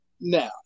now